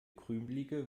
krümelige